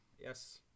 Yes